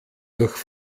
durch